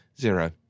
Zero